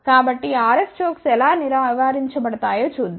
కాబట్టి RF chokes ఎలా నివారించబడతాయో చూద్దాం